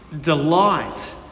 delight